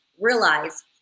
realize